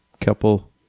couple